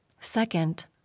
Second